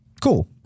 Cool